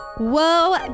Whoa